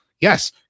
Yes